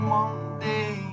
Monday